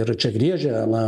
ir čia griežia na